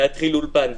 להתחיל אולפן.